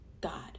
god